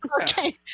Okay